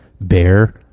Bear